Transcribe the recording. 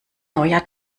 neuer